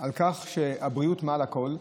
על כך שהבריאות מעל הכול,